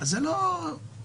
זה לא טוב.